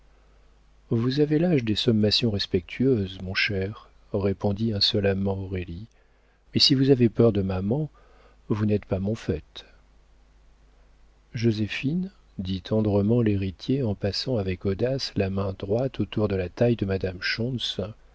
vous avez l'âge des sommations respectueuses mon cher répondit insolemment aurélie mais si vous avez peur de maman vous n'êtes pas mon fait joséphine dit tendrement l'héritier en passant avec audace la main droite autour de la taille de madame